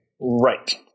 Right